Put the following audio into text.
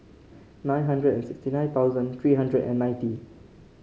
nine hundred and sixty nine thousand three hundred and ninety